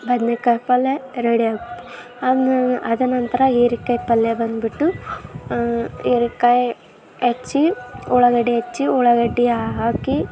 ಬದ್ನೆಕಾಯಿ ಪಲ್ಯ ರೆಡಿ ಆಗುತ್ತೆ ಅದನ್ನ ಅದನಂತರ ಹೀರಿಕಾಯ್ ಪಲ್ಯ ಬಂದುಬಿಟ್ಟು ಹೀರೆಕಾಯ್ ಹೆಚ್ಚಿ ಉಳ್ಳಾಗಡ್ಡೆ ಹೆಚ್ಚಿ ಉಳ್ಳಾಗಡ್ಡೆ ಹಾಕಿ